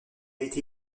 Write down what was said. été